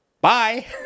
Bye